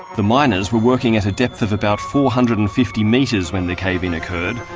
the miners were working at a depth of about four hundred and fifty metres when the cave-in occurred,